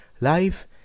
Life